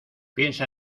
piensa